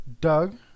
Doug